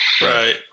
right